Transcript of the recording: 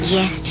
Yes